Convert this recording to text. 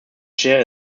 chair